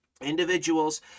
Individuals